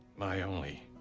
my only